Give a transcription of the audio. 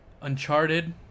Uncharted